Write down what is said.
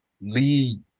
lead